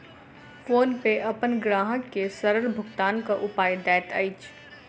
PhonePe अपन ग्राहक के सरल भुगतानक उपाय दैत अछि